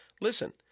Listen